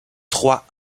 trois